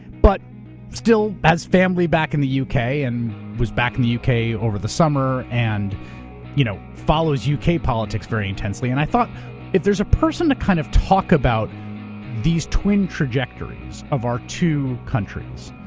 but still has family back in the u. k, and was back in the u. k. over the summer, and you know follows u. k. politics very intensely. and i thought if there's a person to kind of talk about these twin trajectories of our two countries,